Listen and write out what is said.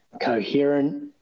coherent